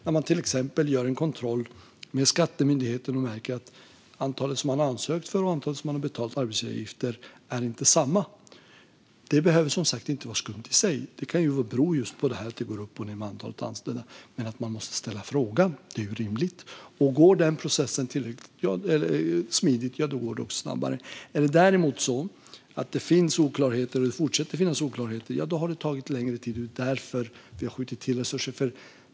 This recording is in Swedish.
När man till exempel gör en kontroll hos Skattemyndigheten och märker att antalet som det har ansökts för och antalet som det har betalats arbetsgivaravgifter för inte är detsamma behöver det därför inte vara skumt i sig. Det kan bero just på att det går upp och ned med antalet anställda. Men man måste ställa frågan - det är rimligt. Går den processen tillräckligt smidigt går det också snabbare. Är det däremot så att det finns och fortsätter att finnas oklarheter tar det längre tid. Det är därför vi har skjutit till resurser.